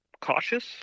cautious